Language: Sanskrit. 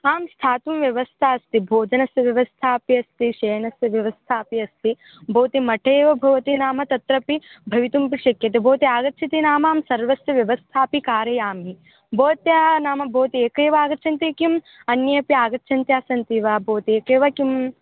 आं स्थातुं व्यवस्था अस्ति भोजनस्य व्यवस्थापि अस्ति शयनस्य व्यवस्थापि अस्ति भवती मठेव भवति नाम तत्रपि भवितुमपि शक्यते भवती आगच्छति नाम अहं सर्वस्य व्यवस्थापि कारयामि भवत्याः नाम भवती एक एव आगच्छन्ति किम् अन्येपि आगच्छन्त्यः सन्ति वा भवती एक एव किम्